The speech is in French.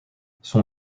son